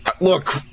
Look